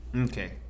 Okay